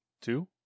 Two